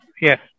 Yes